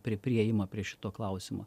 pri priėjimą prie šito klausimo